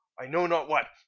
i know not what,